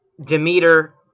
Demeter